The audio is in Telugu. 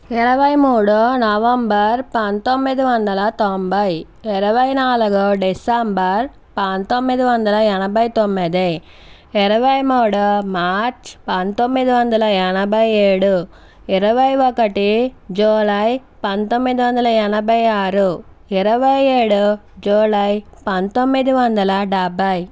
ఇరువై మూడు నవంబర్ పందొమ్మిది వందల తొంభై ఇరవై నాలుగు డిసెంబర్ పందొమ్మిది వందల ఎనభై తొమ్మిది ఇరువై మూడు మార్చ్ పందొమ్మిది వందల ఎనభై ఏడు ఇరవై ఒకటి జూలై పందొమ్మిది వందల ఎనభై ఆరు ఇరవై ఏడు జూలై పందొమ్మిది వందల డెబ్బై